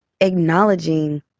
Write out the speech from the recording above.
acknowledging